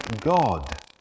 God